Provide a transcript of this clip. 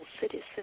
citizen